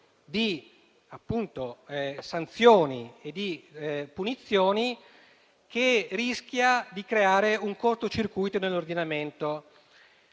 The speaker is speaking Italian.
di sanzioni e di punizioni che può creare un cortocircuito nell'ordinamento.